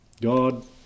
God